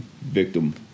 victim